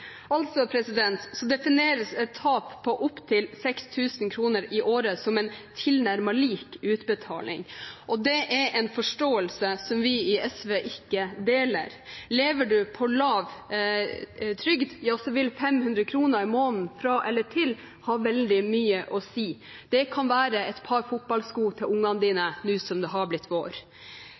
Altså defineres et tap på opptil 6 000 kr i året som en tilnærmet lik utbetaling. Det er en forståelse som vi i SV ikke deler. Lever du på lav trygd, vil 500 kr i måneden fra eller til ha veldig mye å si. Det kan være et par fotballsko til ungene nå som det har blitt vår.